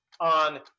on